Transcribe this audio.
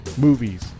Movies